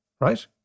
Right